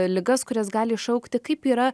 ligas kurias gali iššaukti kaip yra